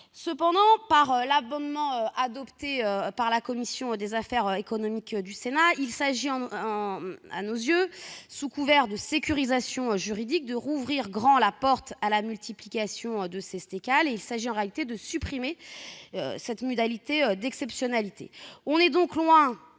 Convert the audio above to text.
Cependant, avec l'amendement qui a été adopté par la commission des affaires économiques du Sénat, il s'agit à nos yeux, sous couvert de sécurisation juridique, de rouvrir grand la porte à la multiplication de ces STECAL. Cela revient en réalité à supprimer cette modalité d'exceptionnalité. On est donc loin,